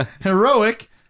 Heroic